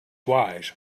wise